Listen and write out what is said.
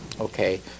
Okay